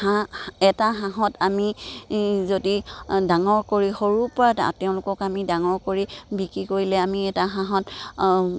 হাঁহ এটা হাঁহত আমি যদি ডাঙৰ কৰি সৰুৰ পৰা তেওঁলোকক আমি ডাঙৰ কৰি বিক্ৰী কৰিলে আমি এটা হাঁহত